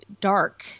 dark